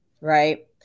Right